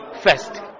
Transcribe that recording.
first